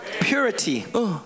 Purity